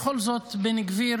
בכל זאת בן גביר